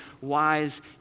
wise